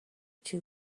too